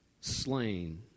slain